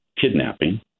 kidnapping